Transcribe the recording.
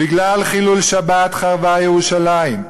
בגלל חילול שבת חרבה ירושלים,